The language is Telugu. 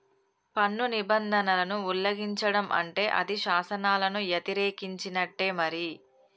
పన్ను నిబంధనలను ఉల్లంఘిచడం అంటే అది శాసనాలను యతిరేకించినట్టే మరి